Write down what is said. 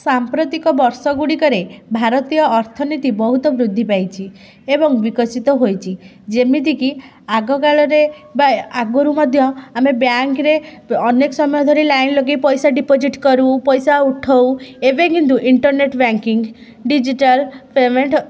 ସାମ୍ପ୍ରତିକ ବର୍ଷଗୁଡ଼ିକରେ ଭାରତୀୟ ଅର୍ଥନୀତି ବହୁତ ବୃଦ୍ଧି ପାଇଛି ଏବଂ ବିକଶିତ ହୋଇଛି ଯେମିତିକି ଆଗକାଳରେ ବା ଆଗରୁ ମଧ୍ୟ ଆମେ ବ୍ୟାଙ୍କରେ ଅନେକ ସମୟ ଧରି ଲାଇନ୍ ଲଗେଇ ପଇସା ଡିପୋଜିଟ୍ କରୁ ପଇସା ଉଠାଉ ଏବେ କିନ୍ତୁ ଇଣ୍ଟରନେଟ୍ ବ୍ୟାଙ୍କିଙ୍ଗ୍ ଡିଜିଟାଲ୍ ପେମେଣ୍ଟ